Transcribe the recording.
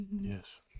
yes